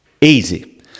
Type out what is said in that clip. Easy